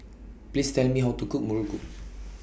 Please Tell Me How to Cook Muruku